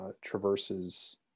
traverses